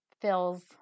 fills